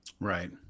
Right